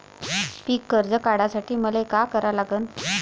पिक कर्ज काढासाठी मले का करा लागन?